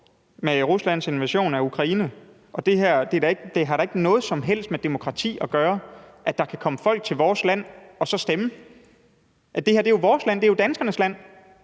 med Ruslands invasion af Ukraine. Og det har da ikke noget som helst med demokrati at gøre, at der kan komme folk til vores land og så stemme. Det her er jo vores land, det er jo danskernes land.